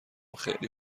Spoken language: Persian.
خیلی